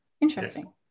Interesting